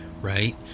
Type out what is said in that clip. right